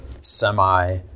semi